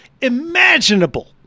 imaginable